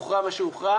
הוכרע מה שהוכרע.